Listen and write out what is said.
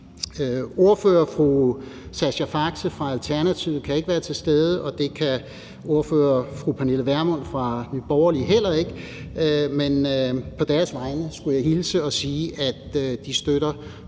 Ordføreren fru Sascha Faxe fra Alternativet kan ikke være til stede, og det kan ordføreren fru Pernille Vermund fra Nye Borgerlige heller ikke. På deres vegne skulle jeg hilse og sige, at de støtter